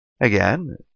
Again